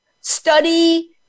study